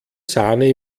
sahne